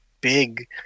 big